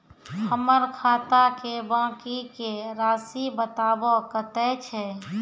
हमर खाता के बाँकी के रासि बताबो कतेय छै?